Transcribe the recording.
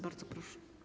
Bardzo proszę.